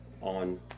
on